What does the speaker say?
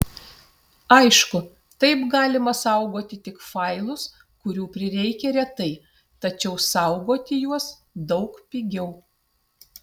aišku taip galima saugoti tik failus kurių prireikia retai tačiau saugoti juos daug pigiau